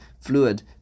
fluid